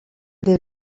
des